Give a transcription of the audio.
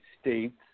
states